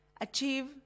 achieve